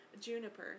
Juniper